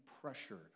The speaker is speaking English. pressured